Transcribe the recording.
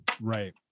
Right